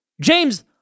James